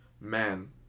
man